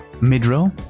Mid-Row